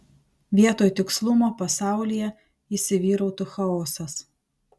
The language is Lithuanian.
vietoj tikslumo pasaulyje įsivyrautų chaosas